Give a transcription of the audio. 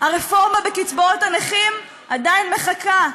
הרפורמה בקצבאות הנכים עדיין מחכה,